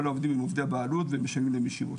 כל העובדים הם עובדי הבעלות והם משלמים להם ישירות.